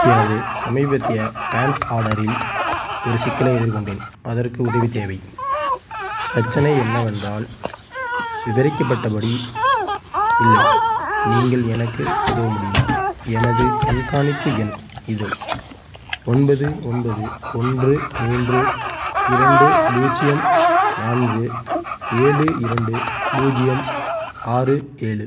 எனது சமீபத்திய பேண்ட்ஸ் ஆர்டரில் ஒரு சிக்கலை எதிர்கொண்டேன் அதற்கு உதவி தேவை பிரச்சனை என்னவென்றால் விவரிக்கப்பட்டப்படி இல்லை நீங்கள் எனக்கு உதவ முடியுமா எனது கண்காணிப்பு எண் இதோ ஒன்பது ஒன்பது ஒன்று மூன்று இரண்டு பூஜ்ஜியம் நான்கு ஏழு இரண்டு பூஜ்ஜியம் ஆறு ஏழு